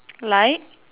like